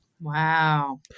wow